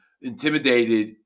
intimidated